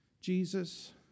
Jesus